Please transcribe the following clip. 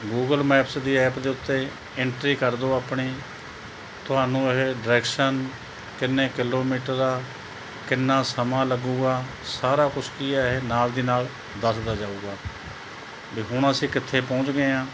Google Maps ਦੀ app ਦੇ ਉੱਤੇ ਐਟਰੀ ਕਰ ਦਿਓ ਆਪਣੀ ਤੁਹਾਨੂੰ ਇਹ ਡਰੈਕਸ਼ਨ ਕਿੰਨੇ ਕਿਲੋਮੀਟਰ ਆ ਕਿੰਨਾ ਸਮਾਂ ਲੱਗੂਗਾ ਸਾਰਾ ਕੁਛ ਕੀ ਹੈ ਇਹ ਨਾਲ ਦੀ ਨਾਲ ਦੱਸਦਾ ਜਾਊਗਾ ਵੀ ਹੁਣ ਅਸੀਂ ਕਿੱਥੇ ਪਹੁੰਚ ਗਏ ਹਾਂ